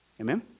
Amen